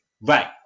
right